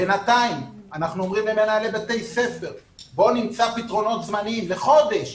בינתיים אנחנו אומרים למנהלי בתי הספר בואו נמצא פתרונות זמניים לחודש